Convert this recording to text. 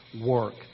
work